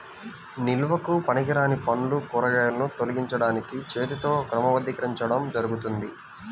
నిల్వకు పనికిరాని పండ్లు, కూరగాయలను తొలగించడానికి చేతితో క్రమబద్ధీకరించడం జరుగుతుంది